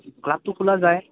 ক্লাবটো খোলা যায়